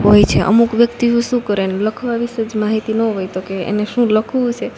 હોય છે અમુક વ્યક્તિઓ શું કરે ને લખવા વિશે જ માહિતી ન હોય તો કે એને શું લખવું હશે